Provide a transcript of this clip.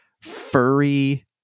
furry